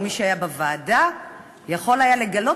או מי שהיה בוועדה יכול היה לגלות,